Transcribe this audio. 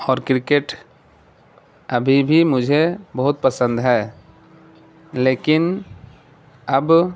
اور کرکٹ ابھی بھی مجھے بہت پسند ہے لیکن اب